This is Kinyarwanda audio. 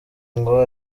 ngo